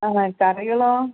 ആണോ കറികളോ